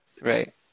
right